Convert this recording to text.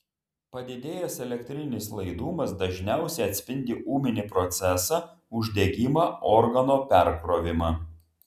padidėjęs elektrinis laidumas dažniausiai atspindi ūminį procesą uždegimą organo perkrovimą